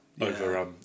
over